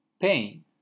pain